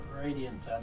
radiant